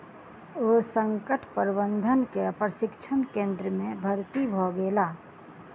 ओ संकट प्रबंधन के प्रशिक्षण केंद्र में भर्ती भ गेला